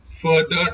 further